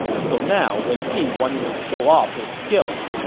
so now wen pin wanted to show off his skills.